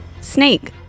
snake